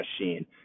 machine